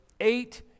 eight